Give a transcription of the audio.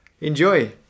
enjoy